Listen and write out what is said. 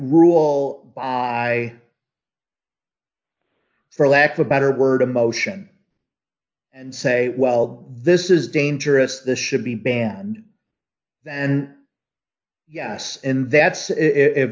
rule by for lack of better word a motion and say well this is dangerous this should be banned and yes and that's if